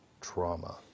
trauma